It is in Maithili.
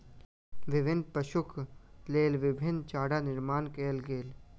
विभिन्न पशुक लेल विभिन्न चारा निर्माण कयल गेल